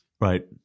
Right